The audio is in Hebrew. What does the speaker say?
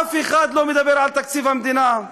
אף אחד לא מדבר על תקציב המדינה.